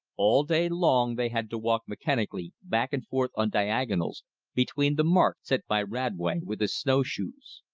all day long they had to walk mechanically back and forth on diagonals between the marks set by radway with his snowshoes.